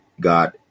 God